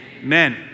Amen